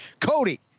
Cody